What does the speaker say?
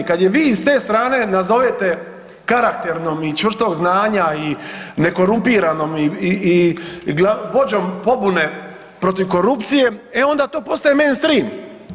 Kada je vi iz te strane nazovete karakternom, i čvrstog znanja, i nekorumpiranom, i vođom pobune protiv korupcije e onda to postaje mainstream.